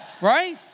Right